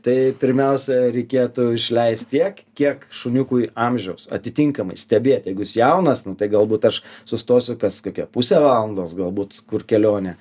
tai pirmiausia reikėtų išleist tiek kiek šuniukui amžiaus atitinkamai stebėti jeigu jis jaunas nu tai galbūt aš sustosiu kas kokią pusę valandos galbūt kur kelionė